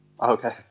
Okay